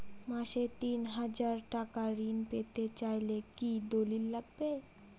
মাসে তিন হাজার টাকা ঋণ পেতে চাইলে কি দলিল লাগবে?